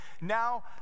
now